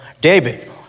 David